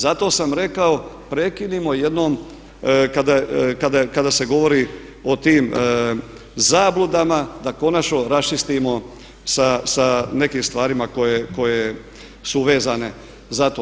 Zato sam rekao prekinimo jednom kada se govori o tim zabludama, da konačno raščistimo sa nekim stvarima koje su vezane za to.